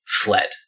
fled